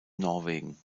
norwegen